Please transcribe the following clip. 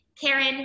Karen